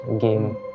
game